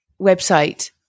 website